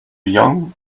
young